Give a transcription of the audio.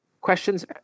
questions